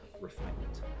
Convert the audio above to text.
refinement